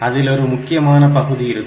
அதில் ஒரு முக்கியமான பகுதி இருக்கும்